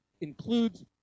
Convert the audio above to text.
includes